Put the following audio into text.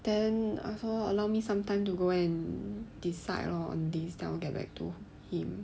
then also allow me some time to go and decide lor on this then I will get back to him